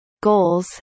goals